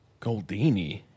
Goldini